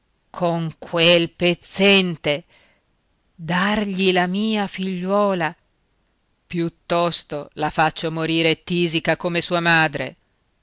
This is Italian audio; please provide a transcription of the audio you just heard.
con quel pezzente dargli la mia figliuola piuttosto la faccio morire tisica come sua madre